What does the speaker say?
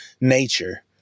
nature